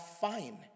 fine